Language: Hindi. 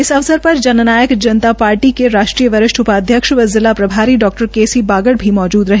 इस अवसर पर जन नायक जनता पार्टी के राष्ट्रीय वरिष्ठ उपाध्यक्ष व जिला प्रभारी डा के सी बागड़ भी मौजूद रहे